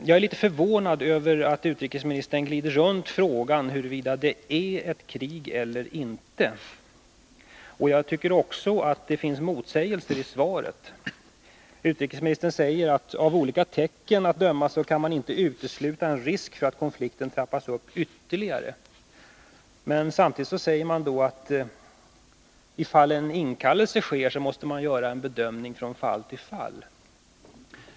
Jag är litet förvånad över att utrikesministern glider runt frågan huruvida det är ett krig eller inte. Jag tycker också att det finns motsägelser i svaret. Utrikesministern säger: ”Av olika tecken att döma kan man inte utesluta en risk för att konflikten trappas upp ytterligare.” Samtidigt säger han att ifall en inkallelse sker måste man göra en bedömning från fall till fall.